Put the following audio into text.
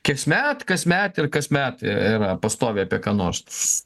kasmet kasmet ir kasmet yra pastoviai apie ką nors